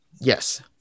Yes